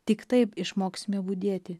tik taip išmoksime budėti